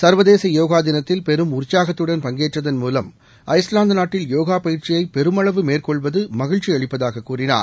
சர்வதேச யோகா தினத்தில் பெரும் உற்சாகத்துடன் பங்கேற்றதன் மூலம் ஐஸ்வாந்து நாட்டில் யோகா பயிற்சியை பெருமளவு மேற்கொள்வது மகிழ்ச்சி அளிப்பதாகக் கூறினார்